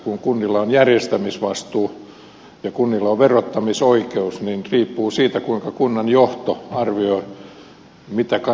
kun kunnilla on järjestämisvastuu ja kunnilla on verottamisoikeus niin tuottavuus riippuu siitä kuinka kunnan johto arvioi mitä kannattaa tehdä